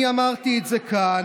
אני אמרתי את זה כאן,